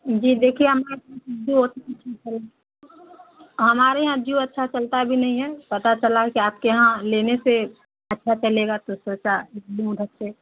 جی دیکھیے ہمارے ہمارے یہاں جیو اچھا چلتا بھی نہیں ہے پتا چلا ہے کہ آپ کے یہاں لینے سے اچھا چلے گا تو سوچا موڈ اچھے